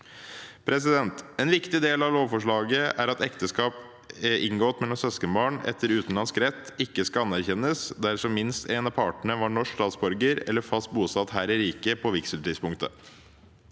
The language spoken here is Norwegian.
En viktig del av lovforslaget er at ekteskap inngått mellom søskenbarn etter utenlandsk rett ikke skal anerkjennes dersom minst én av partene var norsk statsborger eller fast bosatt her i riket på vigselstidspunktet.